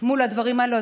מול הדברים האלה.